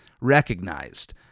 recognized